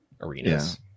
arenas